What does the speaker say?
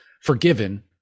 forgiven